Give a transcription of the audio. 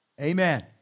Amen